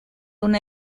una